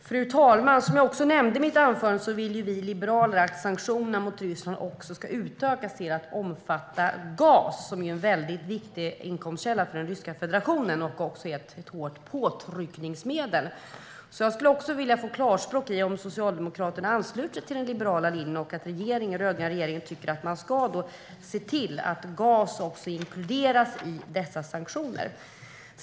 Fru talman! Jag nämnde i mitt anförande att vi liberaler vill att sanktionerna mot Ryssland ska utökas till att omfatta också gas, som är en viktig inkomstkälla för den ryska federationen och ett hårt påtrycknings-medel. Jag skulle vilja få klart besked om Socialdemokraterna ansluter sig till den liberala linjen och om den rödgröna regeringen tycker att gas ska inkluderas i dessa sanktioner.